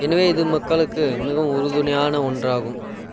எனவே இது மக்களுக்கு மிகவும் உறுதுணையான ஒன்றாகும்